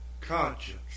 conscience